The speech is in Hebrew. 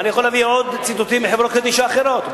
אני יכול להביא עוד ציטוטים מחברות קדישא אחרות,